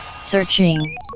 Searching